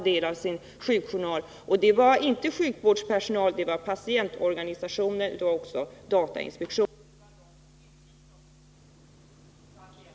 Det var inte instanser som representerade sjukvårdpersonal, utan det var patientorganisationer och också datainspektionen, och de utgick från patienternas önskemål.